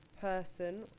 person